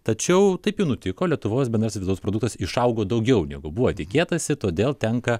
tačiau taip jau nutiko lietuvos bendras vidaus produktas išaugo daugiau negu buvo tikėtasi todėl tenka